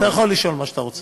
אתה יכול לשאול מה שאתה רוצה.